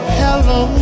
hello